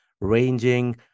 ranging